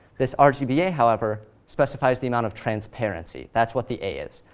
this ah rgba, however, specifies the amount of transparency. that's what the a is.